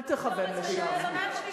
אל תכוון לשם,